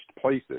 places